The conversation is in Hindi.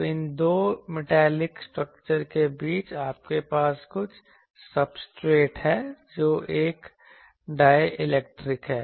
तो इन दो मेटालिक स्ट्रक्चर के बीच आपके पास कुछ सब्सट्रेट है जो एक डाय इलेक्ट्रिक है